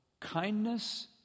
kindness